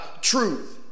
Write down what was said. truth